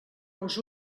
els